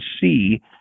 see